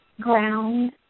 ground